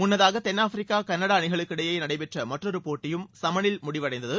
முன்னதாக தென்னாப்பிரிக்கா கனடா அணிகளுக்கிடையே நடைபெற்ற மற்றொரு போட்டியும் சமனில் முடிவடைந்தது